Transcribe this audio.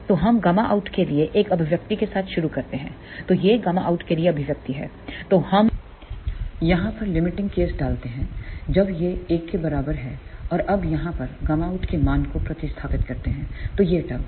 तो हम Γout के लिए एक अभिव्यक्ति के साथ शुरू करते हैं तो यह Γout के लिए अभिव्यक्ति है तो हम यह पर लिमिटिंग केस डालते हैं जब यह 1 के बराबर है और अब यहाँ पर Γout के मान को प्रतिस्थापित करते हैं तो यह टर्र्म है